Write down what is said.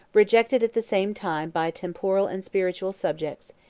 rejected at the same time by temporal and spiritual subjects,